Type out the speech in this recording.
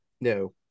No